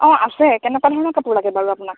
অঁ আছে কেনেকুৱা ধৰণৰ কাপোৰ লাগে বাৰু আপোনাক